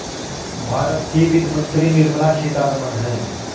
भारत की वित्त मंत्री निर्मला सीतारमण है